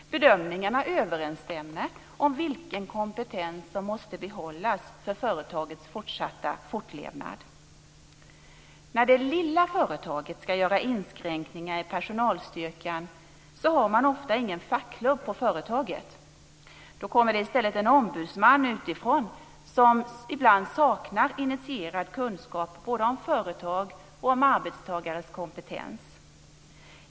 Bedömningarna brukar överensstämma när det gäller vilken kompetens som måste behållas för företagets fortlevnad. När det lilla företaget ska göra inskränkningar i personalstyrkan har man ofta ingen fackklubb på företaget. Då kommer det i stället en ombudsman utifrån som ibland saknar initierad kunskap om företag och arbetstagares kompetens.